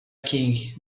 king